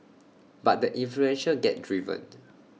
but the influential get driven